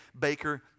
Baker